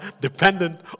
dependent